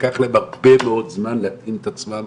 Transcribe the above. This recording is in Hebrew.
לקח להם הרבה מאוד זמן להתאים את עצמם